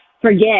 forget